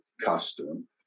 costume